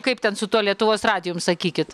kaip ten su tuo lietuvos radijum sakykit